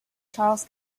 charles